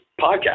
podcast